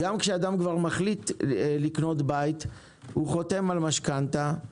גם כשאדם מחליט לרכוש בית, הוא חותם על משכנתא.